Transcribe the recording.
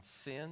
sin